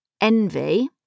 envy